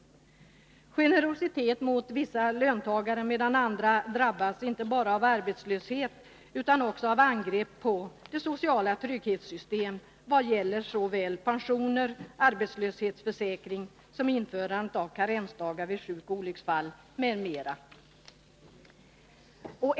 Man visar generositet mot vissa löntagare, medan andra drabbas inte bara av arbetslöshet utan också av angrepp på det sociala trygghetssystemet vad gäller såväl pensioner och arbetslöshetsförsäkring som införandet av karensdagar vid sjukoch olycksfall m.m.